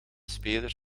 spelers